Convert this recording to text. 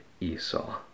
Esau